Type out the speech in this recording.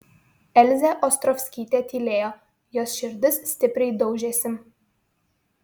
elzė ostrovskytė tylėjo jos širdis stipriai daužėsi